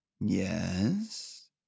Yes